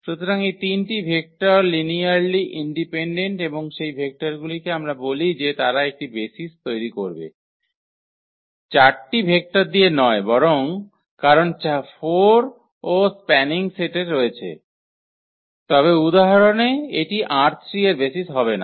সুতরাং এই 3 টি ভেক্টর লিনিয়ারলি ইন্ডিপেন্ডেন্ট এবং সেই ভেক্টরগুলিকে আমরা বলি যে তারা একটি বেসিস তৈরি করবে 4 টি ভেক্টর দিয়ে নয় বরং কারণ 4 ও স্প্যানিং সেট রয়েছে তবে উদাহরণে এটি ℝ3 এর বেসিস হবে না